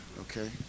okay